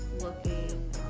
looking